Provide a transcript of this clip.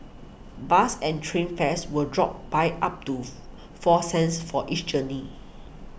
bus and train fares will drop by up to four cents for each journey